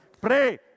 Pray